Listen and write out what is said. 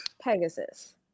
Pegasus